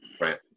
Right